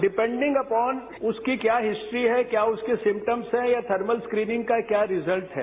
depending upon उसकी क्या history है क्या उसके सिमटम्स हैं या थर्मल स्क्रीनिंग का क्या रिजल्ट है